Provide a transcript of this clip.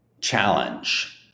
challenge